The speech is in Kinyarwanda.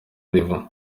riva